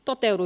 toteudu